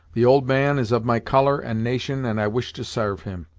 the old man is of my colour and nation and i wish to sarve him,